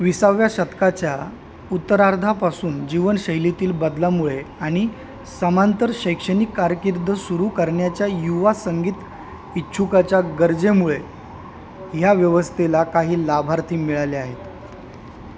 विसाव्या शतकाच्या उत्तरार्धापासून जीवनशैलीतील बदलामुळे आणि समांतर शैक्षणिक कारकीर्द सुरू करण्याच्या युवा संगीत इच्छुकाच्या गरजेमुळे ह्या व्यवस्थेला काही लाभार्थी मिळाले आहेत